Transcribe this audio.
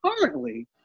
currently